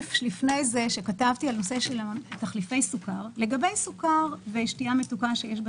בשקף הקודם שעסק בתחליפי סוכר לגבי סוכר ושתייה מתוקה שיש בה